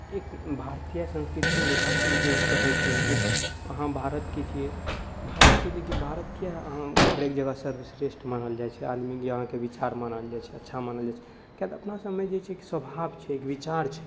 एक भारतीय संस्कृति नेतृत्व जे कहै छै एक अहाँ भारतके छियै भारतके देखियौ भारत किएक अहाँ हरेक जगह सर्वश्रेष्ठ मानल जाइ छै आदमी अहाँके विचार मानल जाइ छै अच्छा मानल जाइ छै किएक तऽ अपनासबमे जे छै एक स्वभाव छै विचार छै